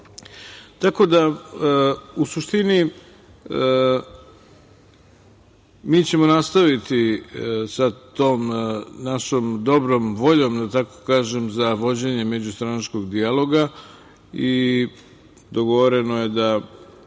tako da u suštini mi ćemo nastaviti sa tom našom dobrom voljom, da tako kažem, za vođenje međustranačkog dijaloga. Dogovoreno je da